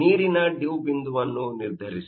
ನೀರಿನ ಡಿವ್ ಬಿಂದುವನ್ನು ನಿರ್ಧರಿಸಿ